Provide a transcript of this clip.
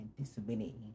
disability